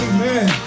Amen